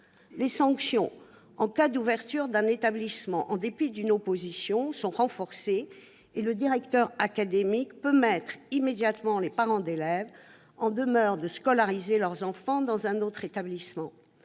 Les sanctions en cas d'ouverture d'un établissement en dépit d'une opposition sont renforcées et le directeur académique peut mettre immédiatement les parents d'élèves en demeure de scolariser leurs enfants dans un autre établissement.